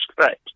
Right